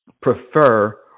prefer